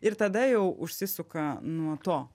ir tada jau užsisuka nuo to